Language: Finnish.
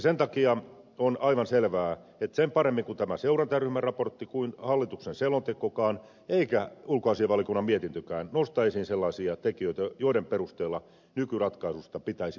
sen takia on aivan selvää että ei sen paremmin tämä seurantaryhmän raportti kuin hallituksen selontekokaan tai ulkoasiainvaliokunnan mietintö nosta esiin sellaisia tekijöitä joiden perusteella nykyratkaisusta pitäisi luopua